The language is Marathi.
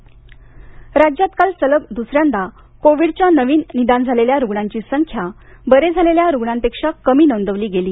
राज्य कोविड राज्यात काल सलग द्सऱ्यांदा कोविडच्या नवीन निदान झालेल्या रुग्णांची संख्या बरे झालेल्या रुग्णांपेक्षा कमी नोंदवली गेली